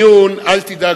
אל תדאג,